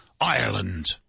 ireland